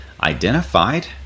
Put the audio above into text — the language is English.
identified